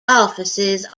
offices